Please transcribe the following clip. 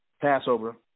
Passover –